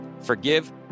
forgive